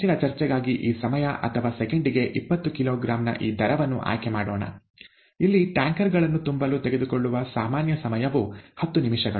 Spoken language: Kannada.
ಹೆಚ್ಚಿನ ಚರ್ಚೆಗಾಗಿ ಈ ಸಮಯ ಅಥವಾ ಸೆಕೆಂಡಿಗೆ ಇಪ್ಪತ್ತು ಕಿಲೋಗ್ರಾಂ ನ ಈ ದರವನ್ನು ಆಯ್ಕೆ ಮಾಡೋಣ ಇಲ್ಲಿ ಟ್ಯಾಂಕರ್ ಗಳನ್ನು ತುಂಬಲು ತೆಗೆದುಕೊಳ್ಳುವ ಸಾಮಾನ್ಯ ಸಮಯವು ಹತ್ತು ನಿಮಿಷಗಳು